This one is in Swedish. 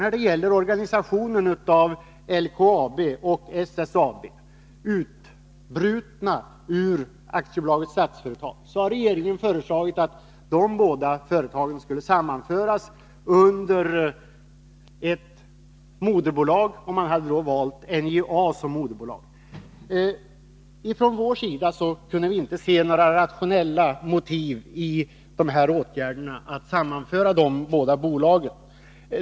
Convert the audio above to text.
När det gäller organisationen av LKAB och SSAB, utbrutna ur AB Statsföretag, har regeringen föreslagit att de båda företagen skulle sammanföras under ett moderbolag. Till moderbolag har man valt NJA. Vi kan inte se några rationella motiv till den här åtgärden att sammanföra dessa båda bolag.